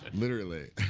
literally,